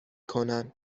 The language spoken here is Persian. کنن